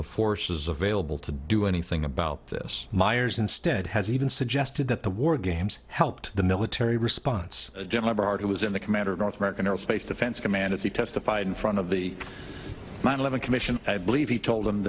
the forces available to do anything about this myers instead has even suggested that the war games helped the military response it was in the command of north american aerospace defense command as he testified in front of the nine eleven commission i believe he told them